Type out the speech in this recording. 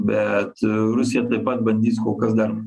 bet rusija taip pat bandys kol kas dar